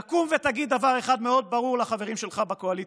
תקום ותגיד דבר אחד מאוד ברור לחברים שלך בקואליציה,